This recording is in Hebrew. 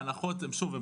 ההנחות הן שוב,